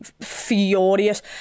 furious